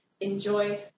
Enjoy